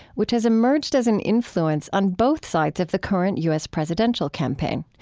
which has emerged as an influence on both sides of the current u s. presidential campaign.